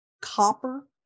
copper